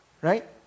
Right